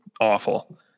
awful